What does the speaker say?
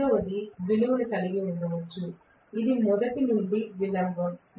రెండవది విలువను కలిగి ఉండవచ్చు ఇది మొదటి నుండి విలంబం